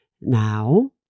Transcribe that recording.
Now